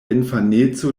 infaneco